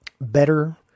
better